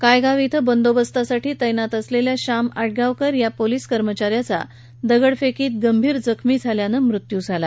कायगाव इथं बंदोबस्तासाठी तैनात असलेल्या शाम अटगावकर या पोलीस कर्मचाऱ्याचा दगडफेकीत गंभीर जखमी झाल्यानं मृत्यू झाला